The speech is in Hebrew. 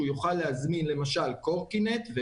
שהוא יוכל להזמין למשל קורקינט,